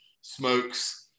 smokes